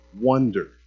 wonder